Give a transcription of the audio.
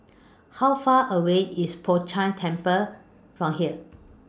How Far away IS Po Chiak Keng Temple from here